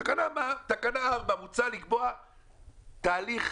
התקנה רוצה לקבוע תאריך